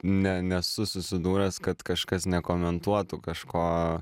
ne nesu susidūręs kad kažkas nekomentuotų kažko